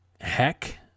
heck